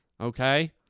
Okay